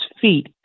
feet